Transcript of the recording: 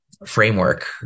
Framework